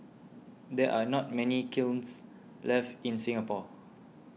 there are not many kilns left in Singapore